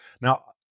Now